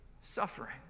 suffering